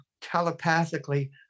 telepathically